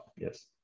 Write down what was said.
Yes